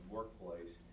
workplace